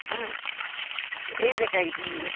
ಹಾಂ ಏನು ಬೇಕಾಗಿತ್ತು ನಿಮಗೆ